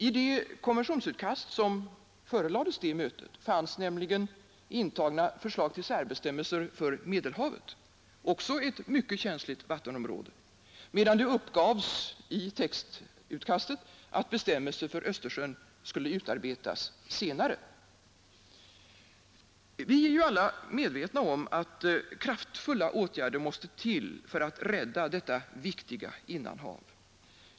I det konventionsutkast som förelades detta möte fanns nämligen intagna förslag till särbestämmelser för Medelhavet — också ett mycket känsligt vattenområde — medan det uppgavs i textutkastet att bestämmelser för Östersjön skulle utarbetas senare. Vi är alla medvetna om att kraftfulla åtgärder måste till för att rädda detta viktiga innanhav.